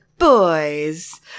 boys